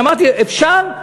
אמרתי, אפשר,